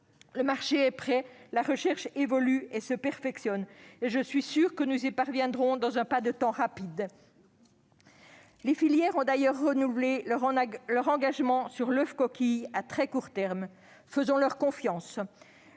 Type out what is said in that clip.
Le marché est prêt, la recherche évolue et se perfectionne. Je suis sûre que nous y parviendrons dans un laps de temps bref. Les filières ont d'ailleurs renouvelé leurs engagements sur l'oeuf coquille à très court terme. Faisons-leur confiance.